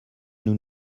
nous